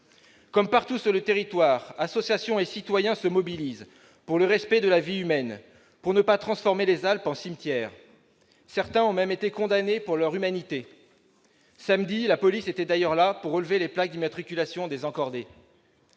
Comme partout sur le territoire, associations et citoyens se mobilisent pour le respect de la vie humaine, pour que l'on ne transforme pas les Alpes en cimetière. Certains ont même été condamnés pour leur humanité. Samedi, la police était d'ailleurs là pour relever les plaques d'immatriculation des encordés